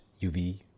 UV